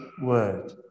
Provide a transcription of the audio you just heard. word